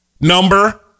number